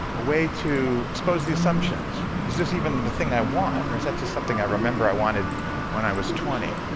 a way to expose the assumptions, is this even the thing i want or is that just something i remember i wanted when i was twenty?